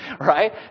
Right